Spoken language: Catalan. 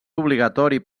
obligatori